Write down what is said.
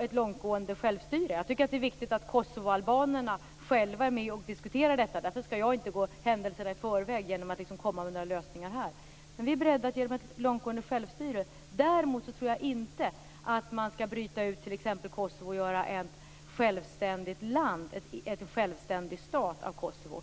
ett långtgående självstyre. Jag tycker att det är viktigt att Kosovoalbanerna själva är med och diskuterar detta. Därför skall jag inte gå händelserna i förväg genom att komma med några lösningar här, men vi är beredda att ge dem ett långtgående självstyre. Däremot tror jag inte att man skall bryta ut t.ex. Kosovo och göra ett självständigt land eller en självständig stat av Kosovo.